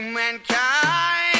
mankind